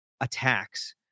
attacks